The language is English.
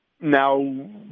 Now